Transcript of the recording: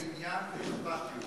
עניין ואכפתיות.